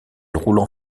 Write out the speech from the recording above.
roulant